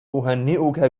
أهنّئك